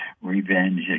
revenge